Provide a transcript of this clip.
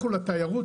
לכו לתיירות,